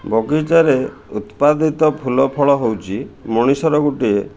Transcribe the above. ବଗିଚାରେ ଉତ୍ପାଦିତ ଫୁଲଫଳ ହେଉଛି ମଣିଷର ଗୋଟିଏ